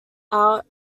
out